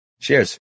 Cheers